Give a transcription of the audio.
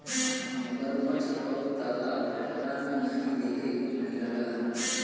मगरमच्छ अब तालाब पोखरा में नाहीं देखे के मिलला